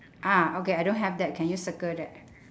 ah okay I don't have that can you circle that